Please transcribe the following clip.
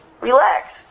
relax